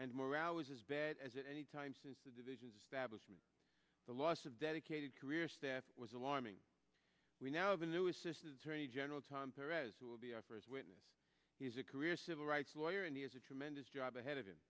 and morale was as bad as any time since the divisions establishment the loss of dedicated career staff was alarming we now have a new assistant attorney general tom perez who will be our first witness he's a career civil rights lawyer and he has a tremendous job ahead of him